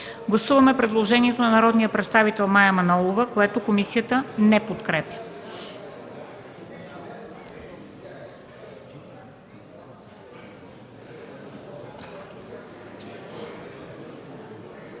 Гласуваме предложението на народния представител Петър Хлебаров, което комисията не подкрепя.